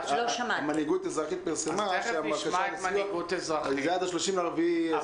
מנהיגות אזרחית פרסמה שהבקשה לסיוע היא עד ה-30.4.2020.